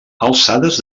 alçades